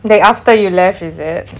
like after you left is it